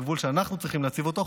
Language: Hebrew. גבול שאנחנו צריכים להציב אותו,